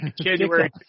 January